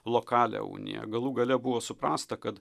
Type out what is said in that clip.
lokalią uniją galų gale buvo suprasta kad